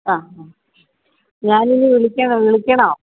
അ ഞാനിനി വിളിക്കണോ വിളിക്കണോ